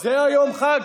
זה יום החג?